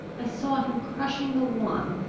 i saw him crushing the one,